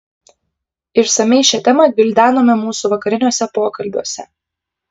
išsamiai šią temą gvildenome mūsų vakariniuose pokalbiuose